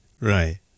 right